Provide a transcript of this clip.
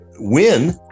win